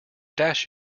dash